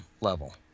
level